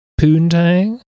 poontang